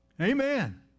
Amen